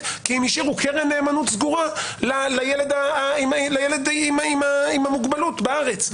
כי הם השאירו קרן נאמנות סגורה לילד עם המוגבלות בארץ?